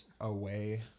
away